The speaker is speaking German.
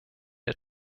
der